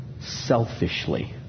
selfishly